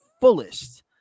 fullest